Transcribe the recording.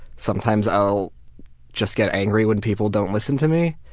sometimes i'll just get angry when people don't listen to me,